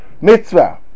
mitzvah